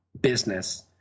business